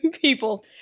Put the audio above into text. people